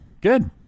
good